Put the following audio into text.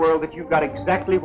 world that you've got exactly